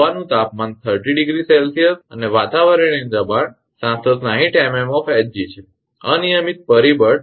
હવાનું તાપમાન 30° 𝐶 છે અને વાતાવરણીય દબાણ 760 𝑚𝑚 𝑜𝑓 𝐻𝑔 છે અનિયમિત પરિબળ 0